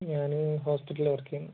ഞാൻ ഹോസ്പിറ്റലിലാണ് വർക്ക് ചെയ്യുന്നത്